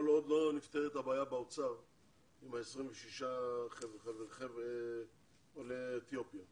עוד לא נפתרת הבעיה באוצר עם ה-26 חבר'ה עולי אתיופיה,